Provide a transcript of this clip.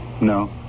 No